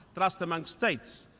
trust among states.